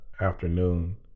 afternoon